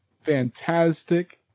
fantastic